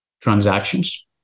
transactions